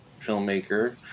filmmaker